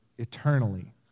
eternally